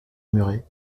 muret